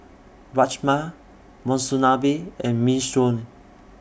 Rajma Monsunabe and Minestrone